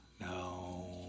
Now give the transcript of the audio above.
no